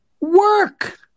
work